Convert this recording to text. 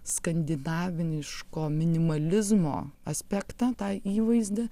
skandinaviniško minimalizmo aspektą tą įvaizdį